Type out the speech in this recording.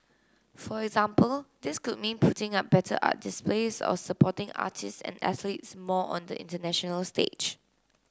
for example this could mean putting up better art displays or supporting artists and athletes more on the international stage